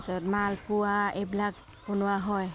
তাৰছত মালপোৱা এইবিলাক বনোৱা হয়